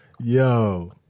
Yo